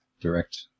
direct